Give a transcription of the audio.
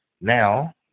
Now